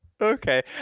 Okay